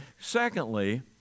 Secondly